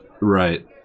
Right